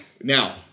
now